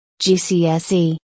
GCSE